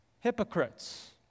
hypocrites